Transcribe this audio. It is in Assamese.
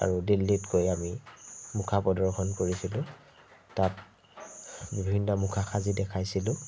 আৰু দিল্লীত গৈ আমি মুখা প্ৰদৰ্শন কৰিছিলোঁ তাত বিভিন্ন মুখা সাজি দেখাইছিলোঁ